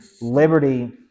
Liberty